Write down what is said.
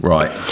Right